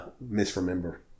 misremember